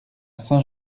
saint